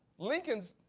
lincoln's